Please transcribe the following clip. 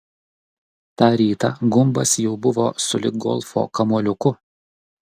tą rytą gumbas jau buvo sulig golfo kamuoliuku